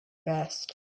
best